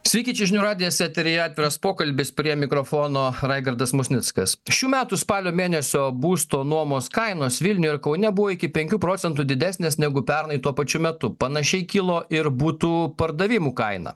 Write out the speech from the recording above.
sveiki čia žinių radijas eteryje atviras pokalbis prie mikrofono raigardas musnickas šių metų spalio mėnesio būsto nuomos kainos vilniuje ir kaune buvo iki penkių procentų didesnės negu pernai tuo pačiu metu panašiai kilo ir butų pardavimų kaina